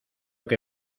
que